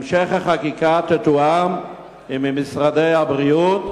המשך החקיקה יתואם עם משרדי הבריאות,